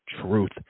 truth